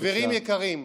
חברים יקרים,